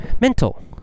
mental